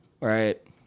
right